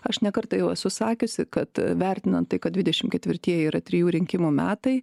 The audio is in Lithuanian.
aš ne kartą jau esu sakiusi kad vertinan tai kad dvidešim ketvirtieji yra trijų rinkimų metai